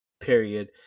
period